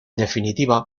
definitiva